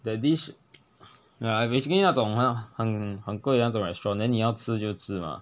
the dish ya basically 那种啊很很贵那种 restaurant then 你要吃就吃 mah